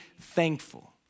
thankful